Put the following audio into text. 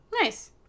Nice